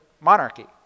monarchy